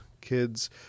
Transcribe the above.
kids